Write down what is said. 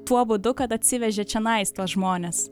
tuo būdu kad atsivežė čionais tuos žmones